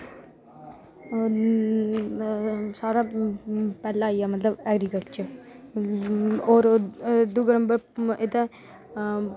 होर सारे शा पैह्ले आई गेआ मतलब ऐग्रीकल्चर होर दुआ नंबर एह्दा